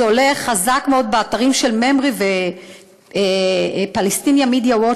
זה עולה חזק מאוד באתרים של ממר"י ו-Palestinian Media Watch,